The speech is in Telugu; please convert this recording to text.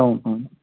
అవును అవును